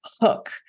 hook